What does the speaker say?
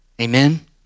amen